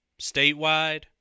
statewide